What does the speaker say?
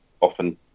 often